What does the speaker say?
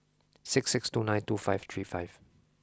six six two nine two five three five